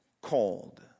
called